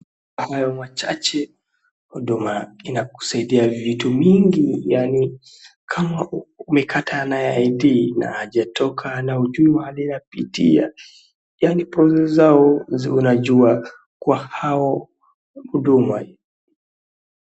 Hayo machache, huduma inakusaidia vitu mingi yaani kama umekata na ya id na haijatoka na hujui mahali inapitia yaani process zao si unajua kwa hao huduma hii.